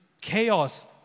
chaos